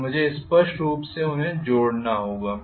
और मुझे निश्चित रूप से उन्हें जोड़ना होगा